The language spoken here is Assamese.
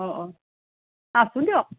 অ অ আছোঁ দিয়ক